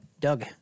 Doug